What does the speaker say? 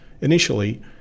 Initially